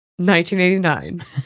1989